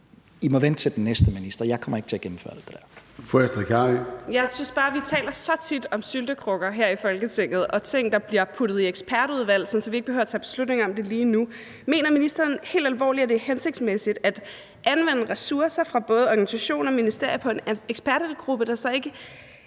Fru Astrid Carøe. Kl. 13:55 Astrid Carøe (SF): Jeg synes, vi så tit taler om syltekrukker her i Folketinget og om ting, der bliver puttet i ekspertudvalg, så vi ikke behøver tage beslutning om det lige nu. Mener ministeren helt alvorligt, at det er hensigtsmæssigt at anvende ressourcer fra både organisationer og ministerier på en ekspergruppe, hvis arbejde